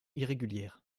irrégulière